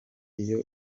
iyo